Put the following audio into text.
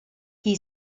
chi